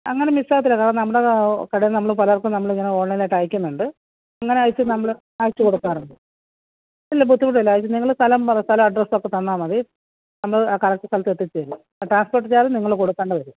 അങ്ങനെ മിസ് ആകില്ല കാരണം നമ്മുടെ കടയിൽ നിന്ന് നമ്മൾ പലർക്കും നമ്മൾ ഇങ്ങനെ ഓൺലൈൻ ആയിട്ട് അയയ്ക്കുന്നുണ്ട് ഇങ്ങനെ അയച്ച് നമ്മൾ അയച്ചുകൊടുക്കാറുണ്ട് ഇല്ല ബുദ്ധിമുട്ടില്ല ഇത് നിങ്ങൾ സ്ഥലം പറ സ്ഥലം അഡ്രസ്സ് ഒക്കെ തന്നാൽ മതി നമ്മൾ കറക്റ്റ് സ്ഥലത്ത് എത്തിച്ച് തരും ട്രാൻസ്പോർട്ട് ചാർജ് നിങ്ങൾ കൊടുക്കേണ്ടി വരും